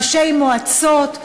ראשי מועצות,